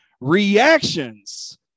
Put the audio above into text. Reactions